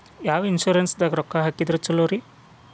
ಯಾವ ಇನ್ಶೂರೆನ್ಸ್ ದಾಗ ರೊಕ್ಕ ಹಾಕಿದ್ರ ಛಲೋರಿ?